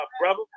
brother